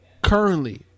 Currently